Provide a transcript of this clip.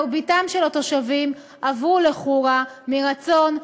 מרביתם של התושבים עברו לחורה מרצון,